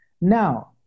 Now